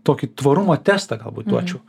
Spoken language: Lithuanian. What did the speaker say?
tokį tvarumą testą galbūt duočiau